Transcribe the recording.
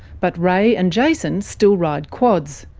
but ray and jason still ride quads,